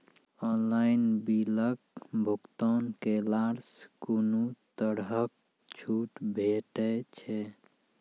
Online बिलक भुगतान केलासॅ कुनू तरहक छूट भेटै छै?